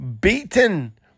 beaten